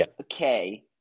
Okay